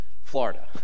Florida